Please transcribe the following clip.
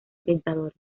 pensadores